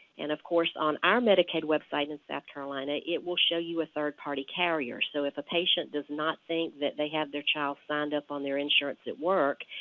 and of course on our medicaid website in south carolina, it will show you a third party carrier. so if a patient does not think that they have their child signed up on their insurance at work,